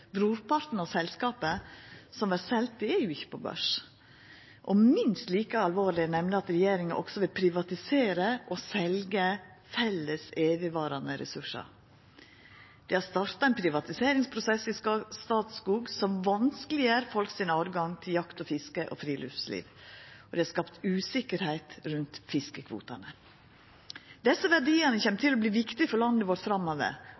Brorparten av selskapet som vert selt, er jo ikkje på børs. Minst like alvorleg er det at regjeringa også vil privatisera og selja felles evigvarande ressursar. Dei har starta ein privatiseringsprosess i Statskog som vanskeleggjer tilgangen til jakt, fiske og friluftsliv for folk, og det er skapt usikkerheit rundt fiskekvotane. Desse verdiane kjem til å verta viktige for landet vårt framover,